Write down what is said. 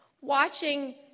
watching